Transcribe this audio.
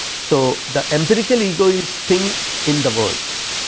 so, the empirical ego is thing in the words